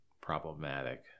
problematic